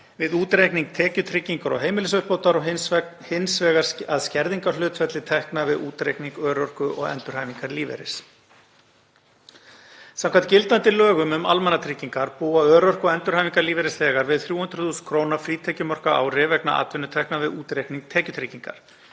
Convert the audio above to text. við útreikning tekjutryggingar og heimilisuppbótar og hins vegar skerðingarhlutfalli tekna við útreikning örorku- og endurhæfingarlífeyris. Samkvæmt gildandi lögum um almannatryggingar búa örorku- og endurhæfingarlífeyrisþegar við 300.000 kr. frítekjumark á ári vegna atvinnutekna við útreikning tekjutryggingar.